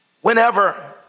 Whenever